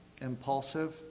impulsive